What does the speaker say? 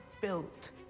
built